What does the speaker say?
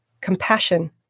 compassion